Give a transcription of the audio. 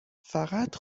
فقط